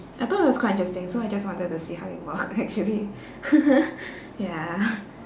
I thought it was quite interesting so I just wanted to see how it works actually ya